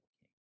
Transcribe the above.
king